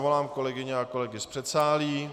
Zavolám kolegyně a kolegy z předsálí.